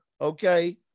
Okay